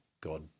God